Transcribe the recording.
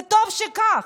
וטוב שכך.